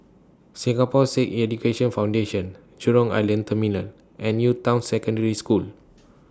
Singapore Sikh Education Foundation Jurong Island Terminal and New Town Secondary School